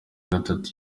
gatatu